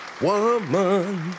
Woman